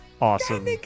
Awesome